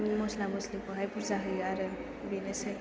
मस्ला मस्लिखौहाय बुरजा होयो आरो बेनोसै